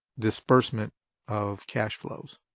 disbursement of cash flows.